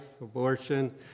abortion